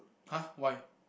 !huh! why